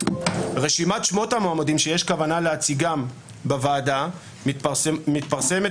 רשימת שמות המועמדים שיש כוונה להציגם בוועדה מתפרסמת